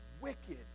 wicked